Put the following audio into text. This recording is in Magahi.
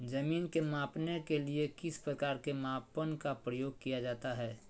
जमीन के मापने के लिए किस प्रकार के मापन का प्रयोग किया जाता है?